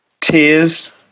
tears